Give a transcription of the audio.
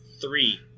three